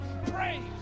Praise